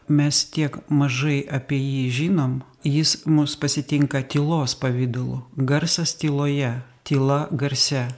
mes tiek mažai apie jį žinom jis mus pasitinka tylos pavidalu garsas tyloje tyla garse